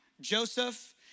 Joseph